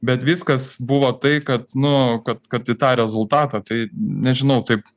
bet viskas buvo tai kad nu kad kad į tą rezultatą tai nežinau taip